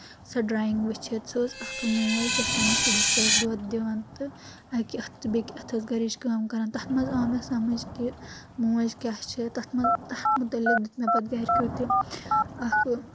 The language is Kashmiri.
سۄ ڈرایِنٛگ وٕچھِتھ سۄ ٲس اَکھ موج یۄس پَننِس شُرِس سۄ ٲس دۄد دِوان تہٕ اکہِ اَتھٕ تہٕ بیٚکہِ اَتھٕ ٲس گَرِچ کٲم کَران تَتھ منٛز آو مےٚ سَمجھ کہِ موج کیاہ چھِ تَتھ منٛز تَتھ مُتعلِق دیُت مےٚ پَتہٕ گَرِکیٚو تہِ اَکھ